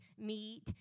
Meet